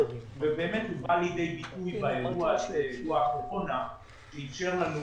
בא לידי ביטוי באירוע הקורונה ואפשר לנו